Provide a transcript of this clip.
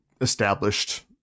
established